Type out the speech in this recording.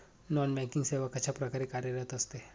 Non banking सेवा कशाप्रकारे कार्यरत असते?